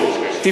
קיבלתי כלום.